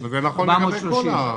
זה נכון לגבי כל הדברים.